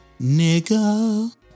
Nigga